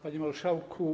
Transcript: Panie Marszałku!